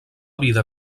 vida